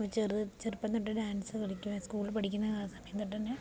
ചെറുപ്പം തൊട്ടേ ഡാൻസ് കളിക്കുവാൻ സ്കൂളിൽ പഠിക്കുന്ന സമയം തൊട്ടുതന്നെ